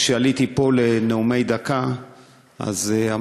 כשעליתי פה לנאומים בני דקה,